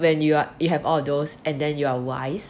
when you are you have all those and then you are wise